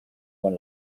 con